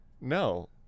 no